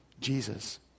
Jesus